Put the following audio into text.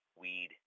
weed